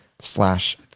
slash